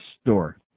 store